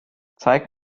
zeig